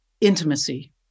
intimacy